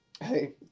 hey